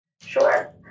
Sure